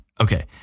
okay